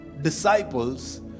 disciples